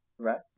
correct